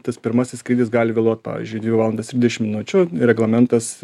tas pirmasis skrydis gali vėluot pavyzdžiui dvi valandas ir dešimt minučių reglamentas